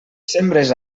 sembres